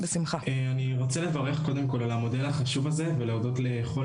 אני רוצה לברך על המודל החשוב הזה ולהודות לכל